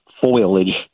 foliage